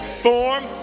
form